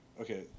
Okay